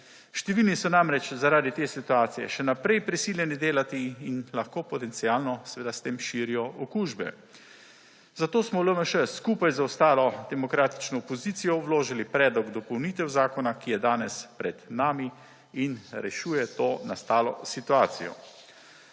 Številno so namreč, zaradi te situacije še naprej prisiljeni delati in lahko potencialno seveda širijo okužbe, zato smo v LMŠ skupaj z ostalo demokratično opozicijo vložili predlog dopolnitev zakona, ki je danes pred nami in rešuje to nastalo situacijo.